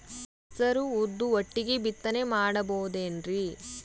ಹೆಸರು ಉದ್ದು ಒಟ್ಟಿಗೆ ಬಿತ್ತನೆ ಮಾಡಬೋದೇನ್ರಿ?